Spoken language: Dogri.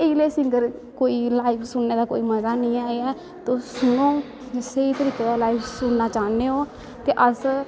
एह् ले सिंगर कोई लाईव सुनने दा कोई मज़ा नी ऐ जै तुस सुनो जे स्हेई करीके दा सुनना चाह्ने ओं ते अस